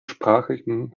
sprachlichen